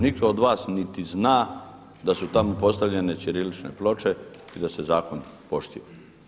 Nitko od vas niti zna da su tamo postavljene ćirilične ploče i da se zakon poštiva.